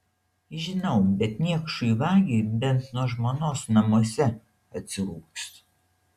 žinau bet niekšui vagiui bent nuo žmonos namuose atsirūgs